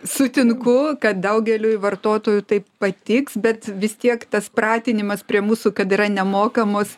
sutinku kad daugeliui vartotojų tai patiks bet vis tiek tas pratinimas prie mūsų kad yra nemokamos